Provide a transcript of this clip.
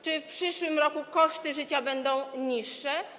Czy w przyszłym roku koszty życia będą niższe?